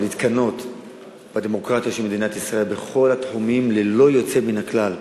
או להתקנא בדמוקרטיה של מדינת ישראל בכל התחומים ללא יוצא מן הכלל.